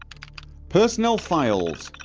personnel files